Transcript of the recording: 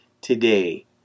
today